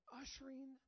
ushering